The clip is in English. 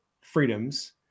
freedoms